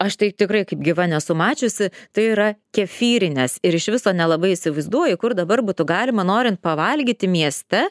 aš tai tikrai kaip gyva nesu mačiusi tai yra kefyrinės ir iš viso nelabai įsivaizduoju kur dabar būtų galima norint pavalgyti mieste